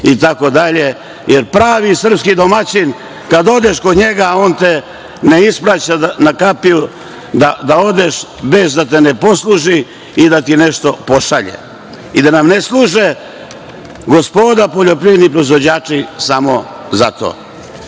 neku kesu, jer pravi srpski domaćin, kad odeš kod njega, on te ne ispraća na kapiju da odeš bez da te posluži i da ti nešto pošalje. I da nam ne služe gospoda poljoprivredni proizvođači samo za to. Mi